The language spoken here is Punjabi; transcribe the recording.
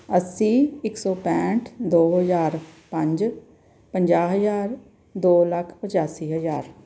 ਅੱਸੀ ਇੱਕ ਸੌ ਪੈਂਹਠ ਦੋ ਹਜ਼ਾਰ ਪੰਜ ਪੰਜਾਹ ਹਜ਼ਾਰ ਦੋ ਲੱਖ ਪੱਚਾਸੀ ਹਜ਼ਾਰ